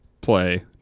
play